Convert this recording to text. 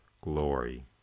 glory